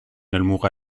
helmuga